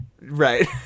Right